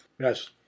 Yes